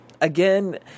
Again